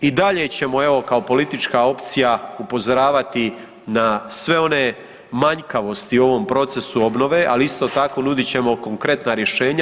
I dalje ćemo, evo kao politička opcija upozoravati na sve one manjkavosti u ovom procesu obnove, ali isto tako nudit ćemo konkretna rješenja.